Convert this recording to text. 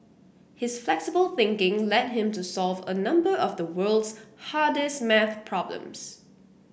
his flexible thinking led him to solve a number of the world's hardest maths problems